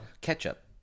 Ketchup